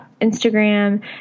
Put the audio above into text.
Instagram